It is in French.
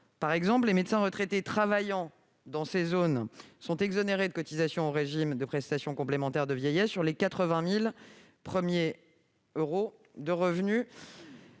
Ainsi, les praticiens retraités exerçant dans ces territoires sont exonérés de cotisations au régime des prestations complémentaires de vieillesse sur les 80 000 premiers euros de revenus.